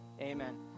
amen